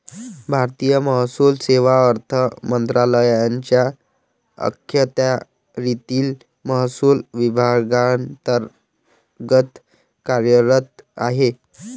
भारतीय महसूल सेवा अर्थ मंत्रालयाच्या अखत्यारीतील महसूल विभागांतर्गत कार्यरत आहे